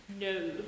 No